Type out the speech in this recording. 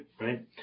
right